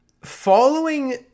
following